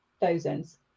thousands